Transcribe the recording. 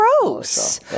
gross